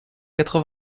quatre